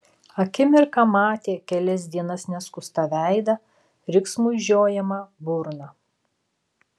akimirką matė kelias dienas neskustą veidą riksmui žiojamą burną